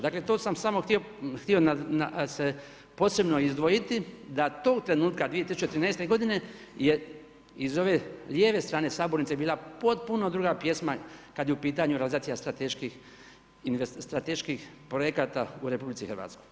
Dakle, to sam samo htio posebno izdvojiti da tog trenutka 2013. godine je iz ove lijeve strane sabornice bila potpuno druga pjesma kad je u pitanju ... strateških projekata u RH.